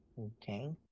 Okay